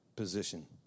position